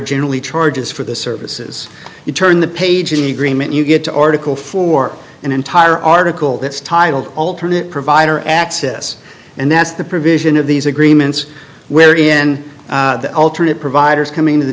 generally charges for the services you turn the page in agreement you get to article for an entire article that's titled alternate provider access and that's the provision of these agreements where in the alternate providers coming to the